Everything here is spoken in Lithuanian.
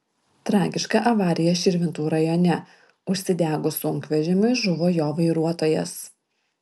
tragiška avarija širvintų rajone užsidegus sunkvežimiui žuvo jo vairuotojas